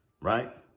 right